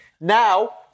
Now